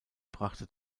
brachte